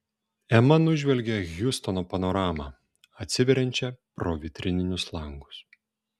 ema nužvelgė hjustono panoramą atsiveriančią pro vitrininius langus